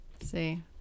See